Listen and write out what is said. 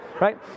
Right